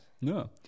No